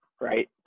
Right